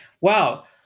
wow